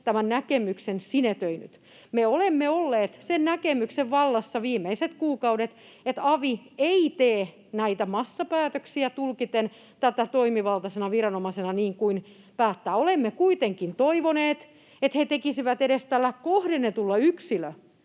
tämän näkemyksen sinetöinyt. Me olemme olleet sen näkemyksen vallassa viimeiset kuukaudet, että avi ei tee näitä massapäätöksiä tulkiten tätä toimivaltaisena viranomaisena niin kuin päättää. Olemme kuitenkin toivoneet, että he määräisivät edes tällä kohdennetulla